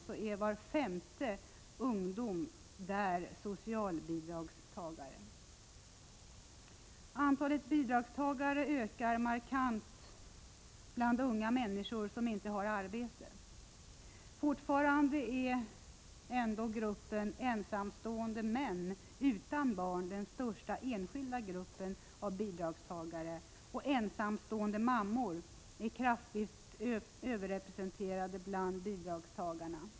Där är var femte ung person socialbidragstagare. Antalet bidragstagare ökar markant bland unga människor som inte har arbete. Fortfarande är ändå gruppen ensamstående män utan barn den största enskilda gruppen av bidragstagare, och ensamstående mammor är kraftigt överrepresenterade bland bidragstagarna.